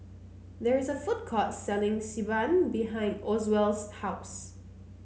there is a food court selling Xi Ban behind Oswald's house